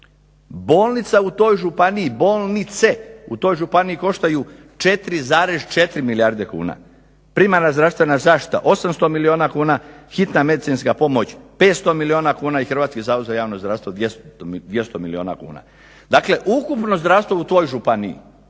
milijardi kuna. Bolnice u toj županiji koštaju 4,4 milijarde kuna, primarna zdravstvena zaštita 800 milijuna kuna, hitna medicinska pomoć 500 milijuna kuna i Hrvatski zavod za javno zdravstvo 200 milijuna kuna. Dakle, ukupno zdravstvo u toj Županiji